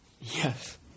Yes